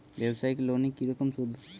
ব্যবসায়িক লোনে কি রকম সুদ?